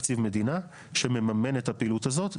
תקציב מדינה שמממן את הפעילות הזאת.